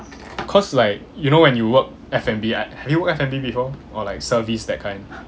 cause like you know when you work F&B at have you work F&B before or like service that kind